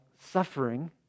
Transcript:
suffering